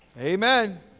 Amen